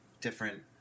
different